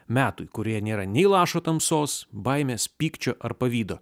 metui kurie nėra nė lašo tamsos baimės pykčio ar pavydo